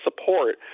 support